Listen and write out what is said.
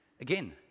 Again